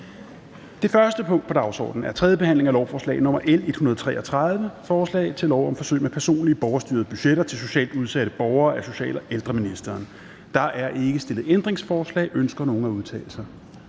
Det første punkt på dagsordenen er: 1) 3. behandling af lovforslag nr. L 133: Forslag til lov om forsøg med personlige borgerstyrede budgetter til socialt udsatte borgere. Af social- og ældreministeren (Astrid Krag). (Fremsættelse